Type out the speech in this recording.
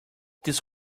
this